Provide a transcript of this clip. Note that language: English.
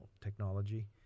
technology